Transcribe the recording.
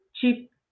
cheap